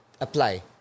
apply